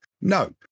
No